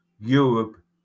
europe